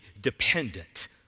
dependent